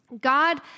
God